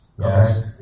Yes